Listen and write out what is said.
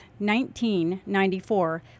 1994